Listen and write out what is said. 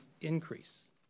increase